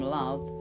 love